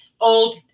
old